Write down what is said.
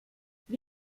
wie